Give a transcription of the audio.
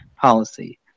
policy